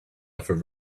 over